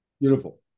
Beautiful